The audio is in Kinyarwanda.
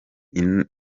imana